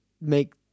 make